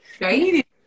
Right